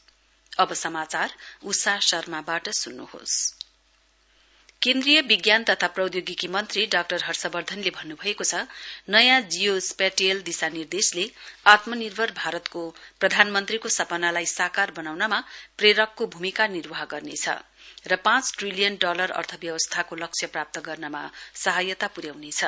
जियो स्पेटियले केन्द्रीय विज्ञान तथा प्रौधोगिकी मन्त्री तथा डाक्टर हर्षवर्धनले भन्न्भएको छ नयाँ जियो स्पेटियल दिशानिर्देशले आत्मानिर्भर भारतको प्रधानमन्त्रीको सपना लाई साकार बनाउनमा प्रेरकको भूमिकाको निर्वाह गर्नेछ र पाँच ट्रिलियन डलर अर्थव्यवस्थाको लक्ष्य प्रप्त गर्नमा सहायता पुर्याउनेछ